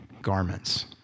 garments